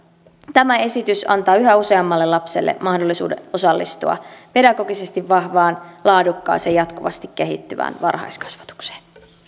tämä esitys antaa yhä useammalle lapselle mahdollisuuden osallistua pedagogisesti vahvaan laadukkaaseen jatkuvasti kehittyvään varhaiskasvatukseen